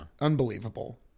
Unbelievable